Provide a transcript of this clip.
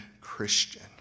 Christian